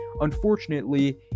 Unfortunately